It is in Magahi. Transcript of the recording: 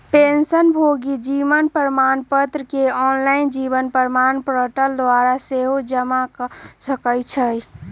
पेंशनभोगी जीवन प्रमाण पत्र के ऑनलाइन जीवन प्रमाण पोर्टल द्वारा सेहो जमा कऽ सकै छइ